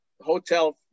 hotel